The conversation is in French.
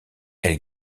elle